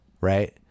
Right